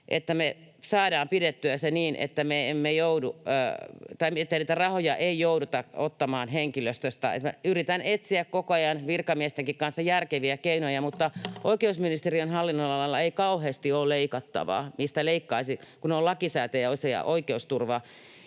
että me saadaan pidettyä se niin, että niitä rahoja ei jouduta ottamaan henkilöstöstä. Yritän etsiä koko ajan virkamiestenkin kanssa järkeviä keinoja, mutta oikeusministeriön hallinnonalalla ei kauheasti ole leikattavaa, mistä leikkaisi, kun ne ovat lakisääteisiä oikeusturva-